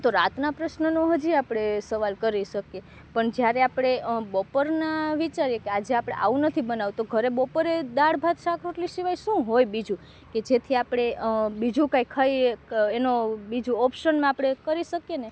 તો રાતના પ્રશ્નનો હજી આપણે સવાલ કરી શકીએ પણ જ્યારે આપણે બપોરના વિચારીએ કે આજે આપણે આવું નથી બનાવવું તો ઘરે બપોરે દાળ ભાત શાક રોટલી સિવાય શું હોય બીજું કે જેથી આપણે બીજું કંઈ ખાઈએ એનો બીજો ઓપ્શન આપણે કરી શકીએને